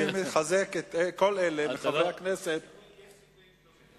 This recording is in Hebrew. אני מחזק את כל אלה, יש סיכויים טובים.